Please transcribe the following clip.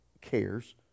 cares